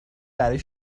برای